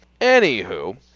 anywho